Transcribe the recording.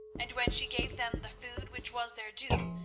and when she gave them the food which was their due,